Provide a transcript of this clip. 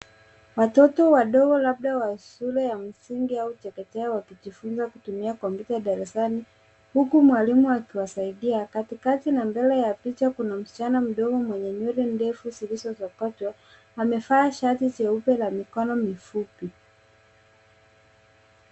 Watoto wadogo labda wa shule ya msingi au chekechea wakijifunza kutumia kompyuta darasani huku mwalimu akiwasaidia. Katikati na mbele ya picha kuna msichana mdogo mwenye nywele ndefu zilizo sokotwa. Amevaa shati ya jeupe la mikono mifupi.